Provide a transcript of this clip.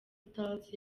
stars